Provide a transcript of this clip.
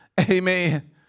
Amen